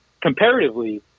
comparatively